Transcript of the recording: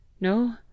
No